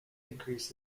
increase